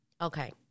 Okay